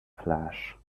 flash